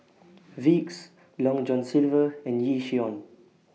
Vicks Long John Silver and Yishion